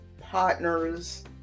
partners